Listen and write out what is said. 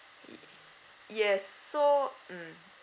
ya yes so mm